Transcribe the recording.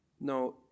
No